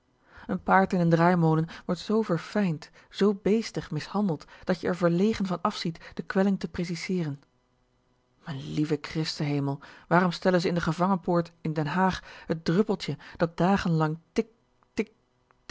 n paard in n draaimolen wordt zoo verfijnd zoo beestig mishandeld dat je er verlegen van afziet de kwelling te preciseeren m'n lieve christen hemel waarom stellen ze in de gevangenpoort in den haag het druppeltje dat dagen lang tik